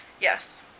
Yes